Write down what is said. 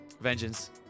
Vengeance